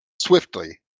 Swiftly